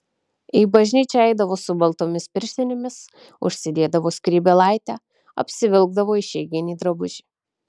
į bažnyčią eidavo su baltomis pirštinėmis užsidėdavo skrybėlaitę apsivilkdavo išeiginį drabužį